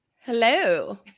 Hello